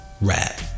Rap